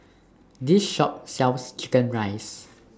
This Shop sells Chicken Rice